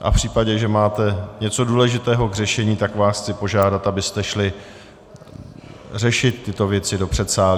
V případě, že máte něco důležitého k řešení, tak vás chci požádat, abyste šli řešit tyto věci do předsálí.